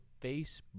Facebook